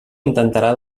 intentarà